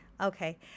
Okay